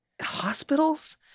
hospitals